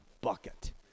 bucket